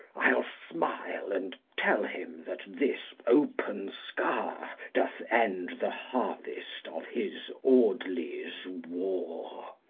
i'll smile, and tell him, that this open scar doth end the harvest of his audley's war.